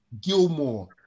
Gilmore